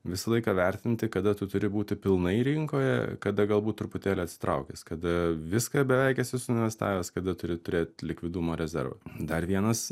visą laiką vertinti kada tu turi būti pilnai rinkoje kada galbūt truputėlį atsitraukęs kada viską beveik esi suinvestavęs kada turi turėt likvidumo rezervą dar vienas